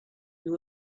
you